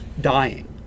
dying